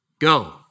Go